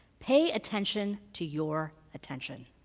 pay attention to your attention.